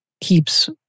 keeps